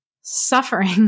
suffering